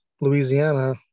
louisiana